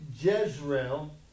Jezreel